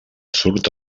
surt